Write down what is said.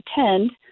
attend